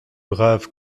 brave